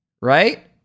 Right